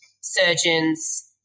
surgeons